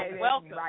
welcome